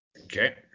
Okay